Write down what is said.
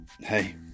hey